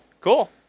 Cool